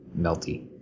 melty